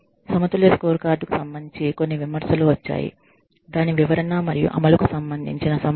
సమతుల్య స్కోర్కార్డ్కు సంబంధించి కొన్ని విమర్శలు వచ్చాయి దాని వివరణ మరియు అమలుకు సంబంధించిన సమస్యలు